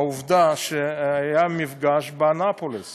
העובדה היא שהיה מפגש באנאפוליס